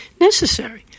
Necessary